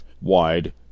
wide